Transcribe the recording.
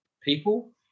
people